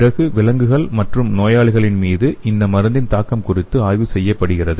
பிறகு விலங்குகள் மற்றும் நோயாளிகள் மீது இந்த மருந்தின் தாக்கம் ஆய்வு செய்யப்படுகிறது